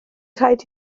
rhaid